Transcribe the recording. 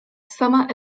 summer